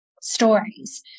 stories